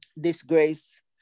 disgrace